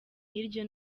hirya